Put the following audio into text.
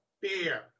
beer